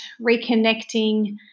reconnecting